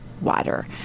water